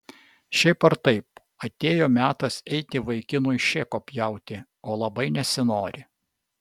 šiaip ar taip atėjo metas eiti vaikinui šėko pjauti o labai nesinori